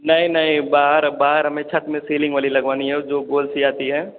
नहीं नहीं बाहर बाहर हमें छत में सीलिंग वाली लगवानी है जो गोल सी आती है